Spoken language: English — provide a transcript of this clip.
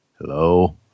Hello